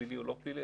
פלילי או לא פלילי,